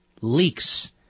leaks